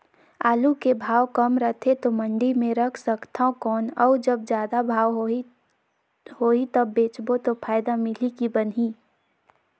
आलू के भाव कम रथे तो मंडी मे रख सकथव कौन अउ जब जादा भाव होही तब बेचबो तो फायदा मिलही की बनही?